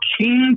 King